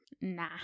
nah